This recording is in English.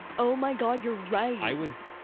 oh my god, you're right. i was,